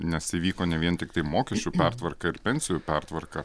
nes įvyko ne vien tiktai mokesčių pertvarka ir pensijų pertvarka